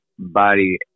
body